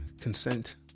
consent